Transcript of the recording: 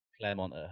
Claremont